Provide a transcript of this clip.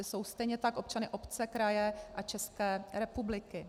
Ti jsou stejně tak občany obce, kraje a České republiky.